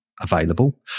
available